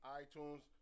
iTunes